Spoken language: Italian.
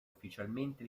ufficialmente